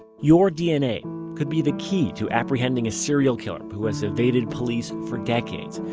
your dna could be the key to apprehending a serial killer who has evaded police for decades.